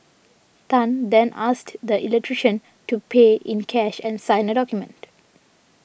Tan then asked the electrician to pay in cash and sign a document